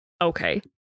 okay